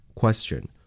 Question